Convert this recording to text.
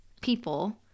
people